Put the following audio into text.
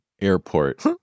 airport